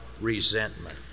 resentment